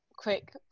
quick